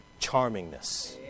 charmingness